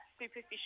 superficial